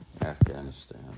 Afghanistan